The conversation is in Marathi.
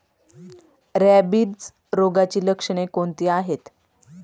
रॅबिज रोगाची लक्षणे कोणती आहेत?